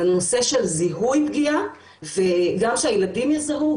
הנושא של זיהוי פגיעה וגם שהילדים יזהו,